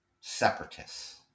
Separatists